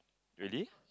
really